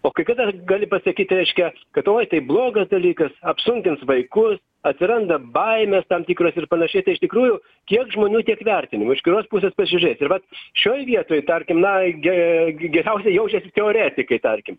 o kai kada gali pasakyti reiškia kad oi tai blogas dalykas apsunkins vaikus atsiranda baimės tam tikros ir panašiai tai iš tikrųjų kiek žmonių tiek vertinimų iš kažkurios pusės pasižiūrėsi tai vat šioj vietoj tarkim na ge geriausiai jaučiasi teoretikai tarkim